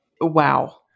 Wow